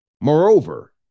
Moreover